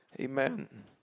Amen